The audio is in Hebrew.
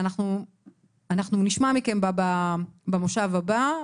ואנחנו נשמע מכם במושב הבא,